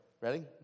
Ready